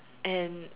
and